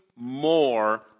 more